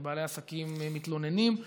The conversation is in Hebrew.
ובעלי עסקים מתלוננים,